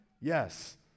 Yes